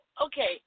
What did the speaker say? okay